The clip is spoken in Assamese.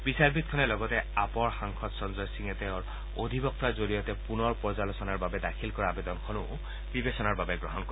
বিচাৰপীঠখনে লগতে আপৰ সাংসদ সঞ্জয় সিঙে তেওঁৰ অধিবক্তাৰ জৰিয়তে পুনৰ পৰ্যালোচনাৰ বাবে দাখিল কৰা আৱেদনখনো বিবেচনাৰ বাবে গ্ৰহণ কৰে